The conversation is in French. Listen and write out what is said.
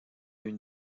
une